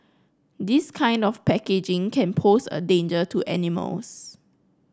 this kind of packaging can pose a danger to animals